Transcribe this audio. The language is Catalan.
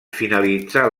finalitzar